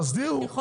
יש